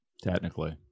technically